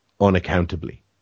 unaccountably